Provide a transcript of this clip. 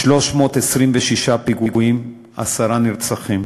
326 פיגועים, עשרה נרצחים.